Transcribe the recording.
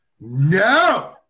no